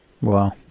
Wow